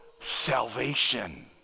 salvation